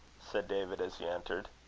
said david, as he entered.